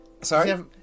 Sorry